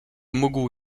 mógł